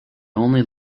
only